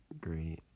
great